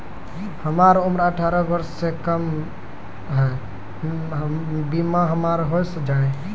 हमर उम्र अठारह वर्ष से कम या बीमा हमर हो जायत?